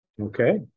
okay